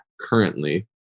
currently